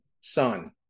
son